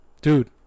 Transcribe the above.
dude